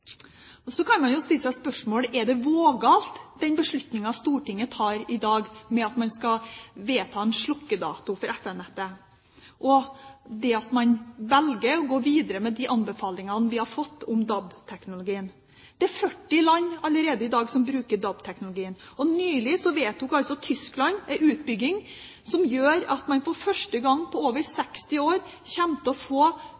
Så kan man jo stille seg spørsmålet: Er den vågal, den beslutningen Stortinget tar i dag om at man skal vedta en slukkedato for FM-nettet, og at vi velger å gå videre med de anbefalingene vi har fått om DAB-teknologien? I dag er det allerede 40 land som bruker DAB-teknologien, og nylig vedtok Tyskland en utbygging som gjør at man for første gang på over 60 år kommer til å få